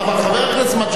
חבר הכנסת מג'אדלה,